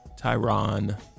Tyron